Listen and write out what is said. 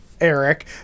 eric